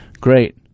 Great